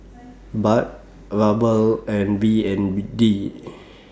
Baht Ruble and B N D